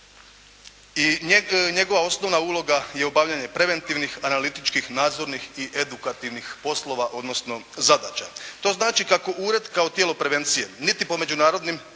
I njegova osnovna uloga je obavljanje preventivnih analitičkih, nadzornih i edukativnih poslova, odnosno zadaća. To znači kako ured kao tijelo prevencije niti po međunarodnim